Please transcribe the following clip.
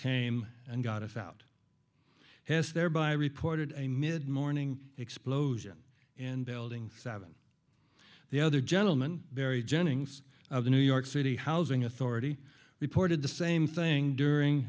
came and got if out has thereby reported a midmorning explosion in building seven the other gentleman very jennings of the new york city housing authority reported the same thing during